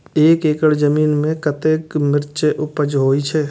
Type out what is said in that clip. एक एकड़ जमीन में कतेक मिरचाय उपज होई छै?